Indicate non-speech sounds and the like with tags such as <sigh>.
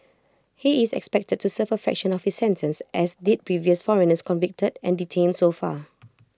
he is expected to serve A <unintelligible> of his sentence as did previous foreigners convicted and detained so far